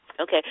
Okay